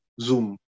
Zoom